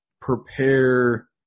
prepare